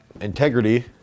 integrity